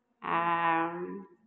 आ